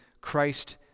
Christ